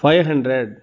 five hundred